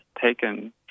taken